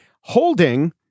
Holding